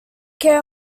care